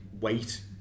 wait